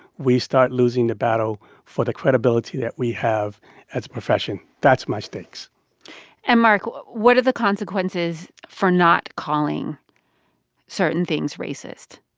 we start losing the battle for the credibility that we have as a profession that's my stakes and mark, what what are the consequences for not calling certain things racist?